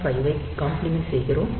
5 ஐப் காம்ப்ளிமெண்ட் செய்கிறோம்